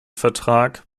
vertrag